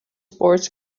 sports